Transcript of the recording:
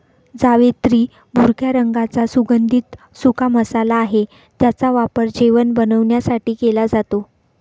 जावेत्री भुरक्या रंगाचा सुगंधित सुका मसाला आहे ज्याचा वापर जेवण बनवण्यासाठी केला जातो